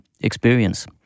experience